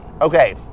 Okay